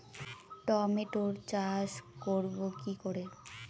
টমেটোর চাষ করব কি করে?